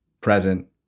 present